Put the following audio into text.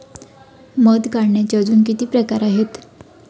मध काढायचे अजून किती प्रकार आहेत?